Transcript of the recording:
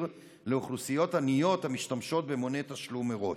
לאוכלוסיות עניות המשתמשות במוני תשלום מראש?